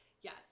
yes